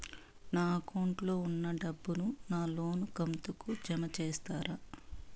నా అకౌంట్ లో ఉన్న డబ్బును నా లోను కంతు కు జామ చేస్తారా?